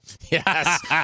Yes